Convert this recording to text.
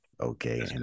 okay